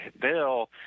Bill